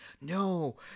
no